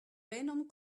venom